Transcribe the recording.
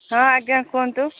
ହଁ ଆଜ୍ଞା କୁହନ୍ତୁ